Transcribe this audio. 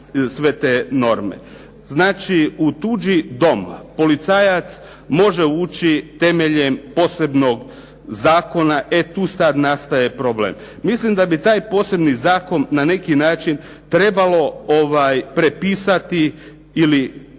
Znači, u tuđi dom policajac može ući temeljem posebnog zakona. E tu sada nastaje problem. Mislim da bi taj posebni zakon na neki način trebalo prepisati ili